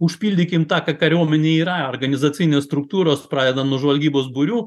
užpildykim tą kariuomenei yra organizacinės struktūros pradedant žvalgybos būrių